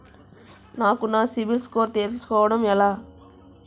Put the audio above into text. నాకు నా సిబిల్ స్కోర్ తెలుసుకోవడం ఎలా?